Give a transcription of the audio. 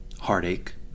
heartache